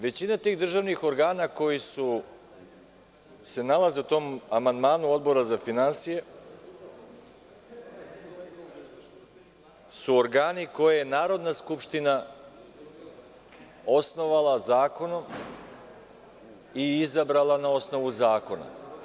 Većina tih državnih organa koji se nalaze u tom amandmanu Odbora za finansije su organi koje je Narodna skupština osnovala zakonom i izabrala na osnovu zakona.